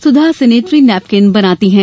सुधा sanitary napkin बनाती है